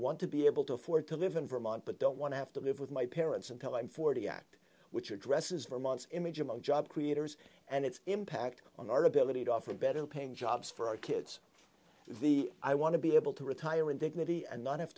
want to be able to afford to live in vermont but don't want to have to live with my parents until i'm forty act which addresses vermont's image among job creators and its impact on our ability to offer better paying jobs for our kids the i want to be able to retire with dignity and not have